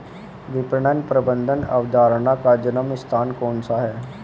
विपणन प्रबंध अवधारणा का जन्म स्थान कौन सा है?